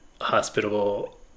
hospitable